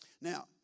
Now